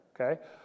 Okay